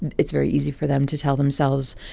it's very easy for them to tell themselves,